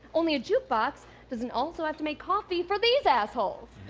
only a jukebox doesn't also have to make coffee for these assholes.